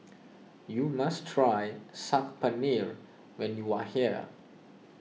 you must try Saag Paneer when you are here